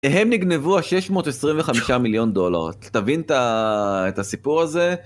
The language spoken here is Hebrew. מהם נגנבו ה-625 מיליון דולר, רק תבין את ה... את הסיפור הזה